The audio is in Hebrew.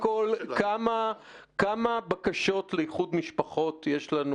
כמה בקשות לאיחוד משפחות יש לנו